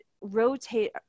rotate